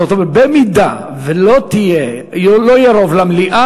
זאת אומרת, אם לא יהיה רוב למליאה,